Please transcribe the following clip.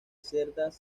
cerdas